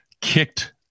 kicked